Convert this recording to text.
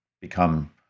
become